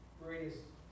greatest